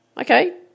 Okay